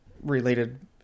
related